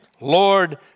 Lord